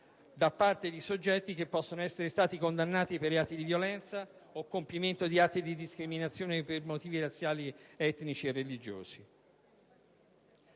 ronde a soggetti che sono stati condannati per reati di violenza o compimento di atti di discriminazione per motivi razziali, etnici o religiosi.